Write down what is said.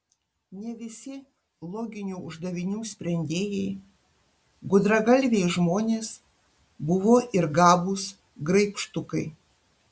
ne visi loginių uždavinių sprendėjai gudragalviai žmonės buvo ir gabūs graibštukai